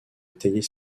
étayer